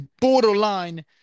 borderline